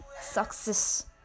success